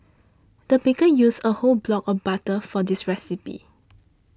the baker used a whole block of butter for this recipe